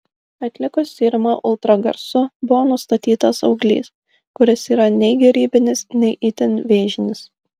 atlikus tyrimą ultragarsu buvo nustatytas auglys kuris yra nei gerybinis nei itin vėžinis